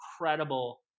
incredible